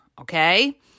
okay